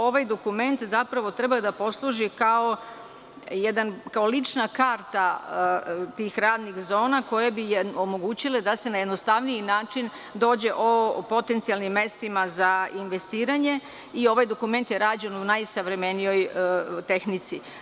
Ovaj dokument zapravo treba da posluži kao lična karta tih radnih zona koje bi omogućile da se na jednostavniji način dođe u potencijalnim mestima za investiranje i ovaj dokument je rađen u najsavremenijoj tehnici.